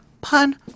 pun